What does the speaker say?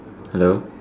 hello